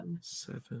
seven